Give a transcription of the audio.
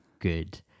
good